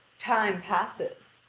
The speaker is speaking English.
time passes.